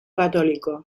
católico